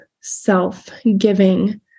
self-giving